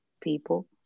people